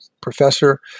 professor